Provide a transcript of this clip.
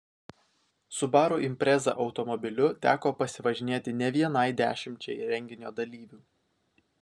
subaru impreza automobiliu teko pasivažinėti ne vienai dešimčiai renginio dalyvių